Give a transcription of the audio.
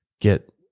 get